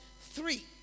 three